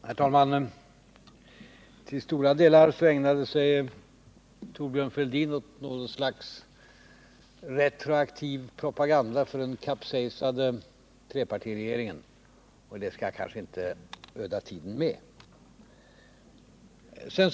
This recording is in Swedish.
Herr talman! Till stora delar ägnade sig Thorbjörn Fälldin åt något slags retroaktiv propaganda för den kapsejsade trepartiregeringen — men det skall jag kanske inte öda tiden med att ta upp här.